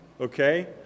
okay